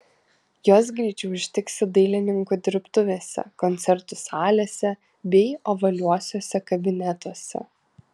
juos greičiau užtiksi dailininkų dirbtuvėse koncertų salėse bei ovaliuosiuose kabinetuose